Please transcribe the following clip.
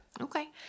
Okay